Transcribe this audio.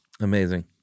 Amazing